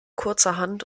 kurzerhand